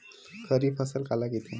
खरीफ फसल काला कहिथे?